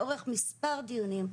לאורך מס' דיונים,